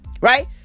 Right